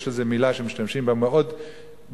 יש איזו מלה שמשתמשים בה: מאוד "רייטינגיות"